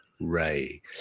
ray